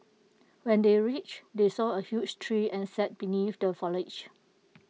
when they reached they saw A huge tree and sat beneath the foliage